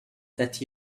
that